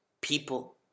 people